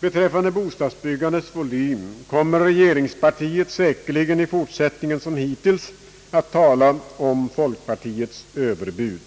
När det gäller bostadsbyggandets volym kommer regeringspartiet säkerligen i fortsättningen som hittills att tala om folkpartiets »överbud».